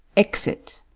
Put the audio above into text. exit